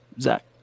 Zach